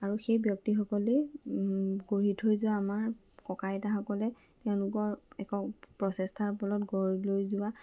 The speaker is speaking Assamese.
আৰু সেই ব্যক্তিসকলে গঢ়ি থৈ যোৱা আমাৰ ককা আইতাসকলে তেওঁলোকৰ একক প্ৰচেষ্টাৰ ফলত গঢ় লৈ যোৱা